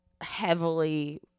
heavily